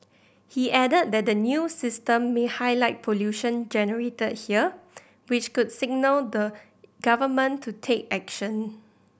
he added that the new system may highlight pollution generated here which could signal the Government to take action